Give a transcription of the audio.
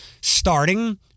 starting